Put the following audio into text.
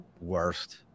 worst